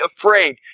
afraid